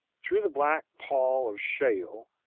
through the black pall of shale,